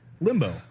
Limbo